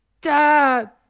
Dad